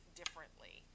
differently